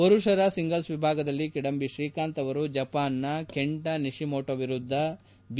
ಪುರುಷರ ಸಿಂಗಲ್ಸ್ ವಿಭಾಗದಲ್ಲಿ ಕಿದಂಬಿ ಶ್ರೀಕಾಂತ್ ಅವರು ಜಪಾನ್ನ ಕೆಂಟಾ ನಿಶಿಮೊಟೊ ವಿರುದ್ದ ಬಿ